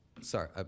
sorry